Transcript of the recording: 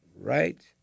right